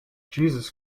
jesus